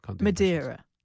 Madeira